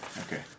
Okay